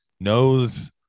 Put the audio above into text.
knows